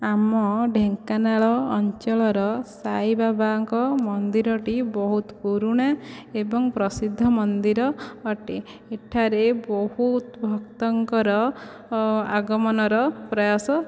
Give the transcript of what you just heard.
ଆମ ଢେଙ୍କାନାଳ ଅଞ୍ଚଳର ସାଇବାବାଙ୍କ ମନ୍ଦିରଟି ବହୁତ ପୁରୁଣା ଏବଂ ପ୍ରସିଦ୍ଧ ମନ୍ଦିର ଅଟେ ଏଠାରେ ବହୁତ ଭକ୍ତଙ୍କର ଆଗମନର ପ୍ରୟାସ